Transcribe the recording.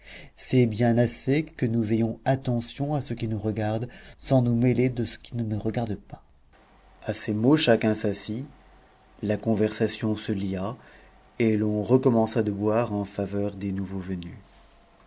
c'est bien assez que nous ayons attention à ce qui nous regarde sans nous mêler de ce qui ne nous regarde pas à ces mots chacun s'assit la conversation se lia et l'on recommença de boire en faveur des nouveaux venus